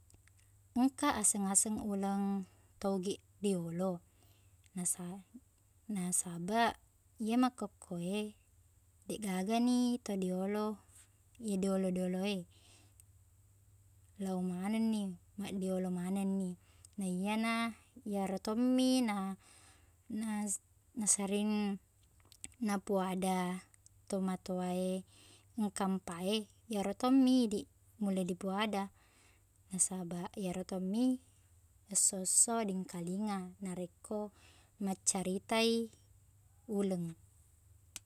Engka aseng-aseng uleng to ogiq riyolo nasa- nasabaq iye makkukku e deqgagani to diolo- diolo-diolo e lao manengni maddiolo manengni naiyana iyero tommi na nas- nasering napuada to matoa e engka mpa e iyaro tommi idiq mulle dipoada nasabaq iyaro tommi esso-esso diengkelinga narekko maccarita i uleng